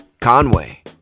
Conway